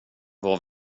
vad